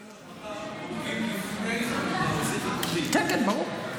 היטל השבחה בודקים לפני, כן, ברור.